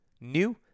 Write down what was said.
new